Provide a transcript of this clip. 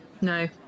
No